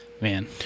Man